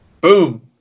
Boom